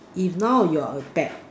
if not you're a bat